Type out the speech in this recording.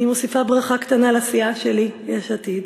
אני מוסיפה ברכה קטנה לסיעה שלי, יש עתיד,